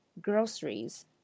groceries